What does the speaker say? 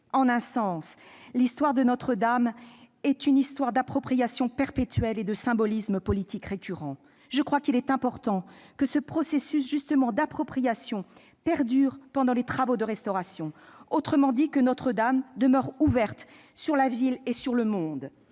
En un sens, l'histoire de Notre-Dame est une histoire d'appropriation perpétuelle et de symbolisme politique récurrent. Je crois qu'il est important que ce processus d'appropriation perdure pendant les travaux de restauration, autrement dit que Notre-Dame demeure ouverte sur la ville et sur le monde,